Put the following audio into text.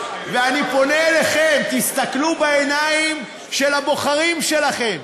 ואני פונה אליכם, תסתכלו בעיניים של הבוחרים שלכם.